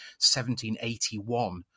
1781